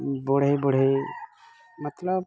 ବଢ଼େଇ ବଢ଼େଇ ମତଲବ